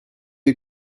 you